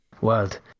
world